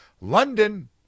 London